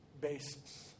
basis